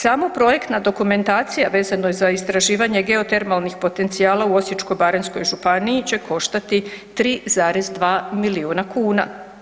Samo projektna dokumentacija vezano je za istraživanje geotermalnih potencijala u Osječko-baranjskoj županiji će koštati 3,2 milijuna kuna.